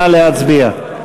נא להצביע.